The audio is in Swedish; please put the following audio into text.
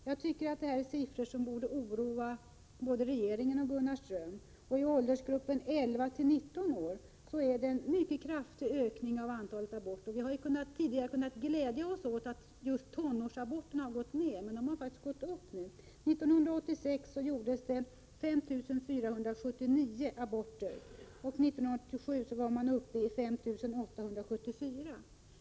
Jag tycker att denna siffra borde oroa både regeringen och Gunnar Ström. För åldrarna 11—19 år är det en mycket kraftig ökning. Vi har kunnat glädja oss åt att just tonårsaborterna gått ned, men nu har de faktiskt gått upp. 1986 gjordes 5 479 aborter, och 1987 var det 5 874.